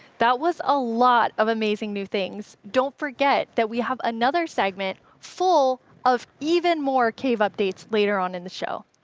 that was a lot of amazing new things. don't forget that we have another segment full of even more cave updates later on in the show.